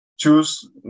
Choose